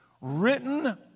written